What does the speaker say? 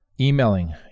Emailing